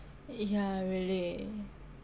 yah really